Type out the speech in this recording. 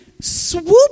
swoop